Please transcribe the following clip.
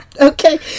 Okay